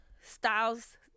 Styles